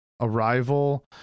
Arrival